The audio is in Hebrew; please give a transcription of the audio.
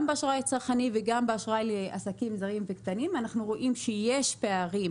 גם באשראי צרכני וגם באשראי לעסקים זעירים וקטנים אנחנו רואים שיש פערים